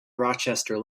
rochester